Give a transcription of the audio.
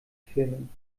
filmen